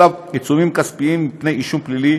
עליו עיצומים כספיים מפני אישום פלילי